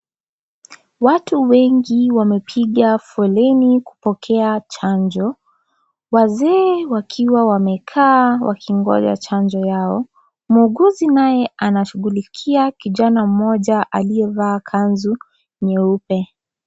Watu wengi wamepiga foleni kupokea chanjo. Wazee wakiwa wamekaa wakingoja chanjo yao. Muuguzi naye anashughulikia kijana mmoja aliyevaa kanzu nyeupe.